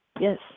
Yes